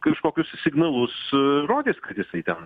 kažkokius signalus rodys kad jisai ten